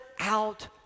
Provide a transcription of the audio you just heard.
out